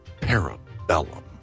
Parabellum